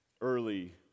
early